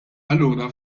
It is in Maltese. allura